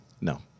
No